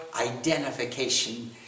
identification